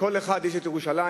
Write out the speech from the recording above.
לכל אחד יש ירושלים,